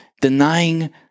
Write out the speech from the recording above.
denying